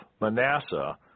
Manasseh